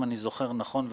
אם אני זוכר נכון,